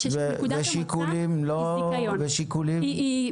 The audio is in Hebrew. כשנקודת המוצא היא מכרז.